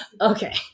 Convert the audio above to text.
okay